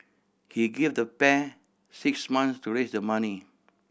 he gave the pair six months to raise the money